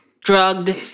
drugged